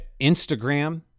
Instagram